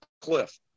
cliff